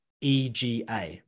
EGA